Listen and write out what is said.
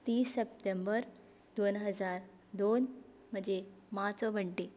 तीस सप्टेंबर दोन हजार दोन म्हाजे मांचो बड्डे